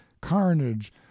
carnage